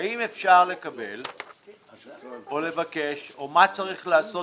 האם אפשר לקבל או לבקש או מה צריך לעשות